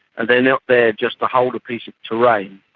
and they're not there just to hold a piece of terrain,